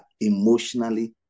emotionally